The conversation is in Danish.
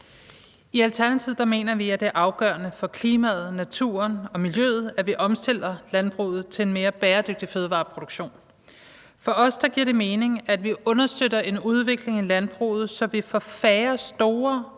I Alternativet mener vi, at det er afgørende for klimaet, naturen og miljøet, at vi omstiller landbruget til en mere bæredygtig fødevareproduktion. For os giver det mening, at vi understøtter en udvikling i landbruget, så vi får færre store